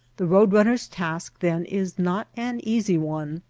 the road-runner s task then is not an easy one,